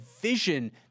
vision